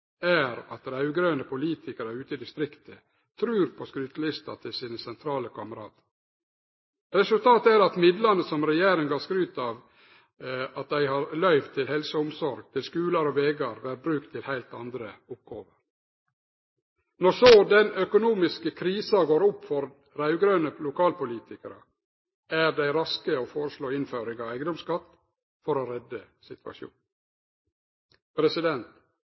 er at raud-grøne politikarar ute i distrikta trur på skrytelista til sine sentrale kameratar. Resultatet er at midlane som regjeringa skryter av at dei har løyvt til helse og omsorg, til skular og vegar, vert brukte til heilt andre oppgåver. Når så den økonomiske krisa går opp for raud-grøne lokalpolitikarar, er dei raske til å foreslå innføring av eigedomsskatt for å redde